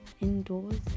indoors